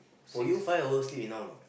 for you five hour sleep enough or not